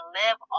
live